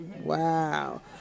Wow